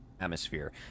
atmosphere